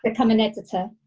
become an editor!